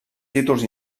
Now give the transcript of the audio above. títols